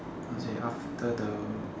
how to say after the